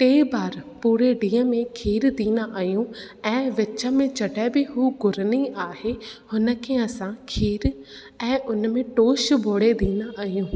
टे बार पूरे ॾींहं में खीरु ॾींदा आहियूं ऐं विच में जॾहिं बि हुअ घुरंदी आहे हुन खे असां खीरु ऐं उन में टोश ॿोरे ॾींदा आहियूं